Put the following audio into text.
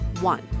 One